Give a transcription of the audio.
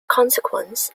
consequence